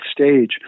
stage